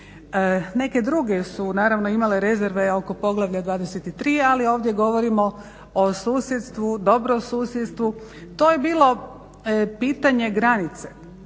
Neke druge su naravno imale rezerve oko poglavlja 23. ali ovdje govorimo o susjedstvu, dobrom susjedstvu. To je bilo pitanje granice,